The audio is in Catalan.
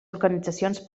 organitzacions